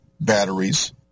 batteries